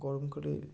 গরমকালে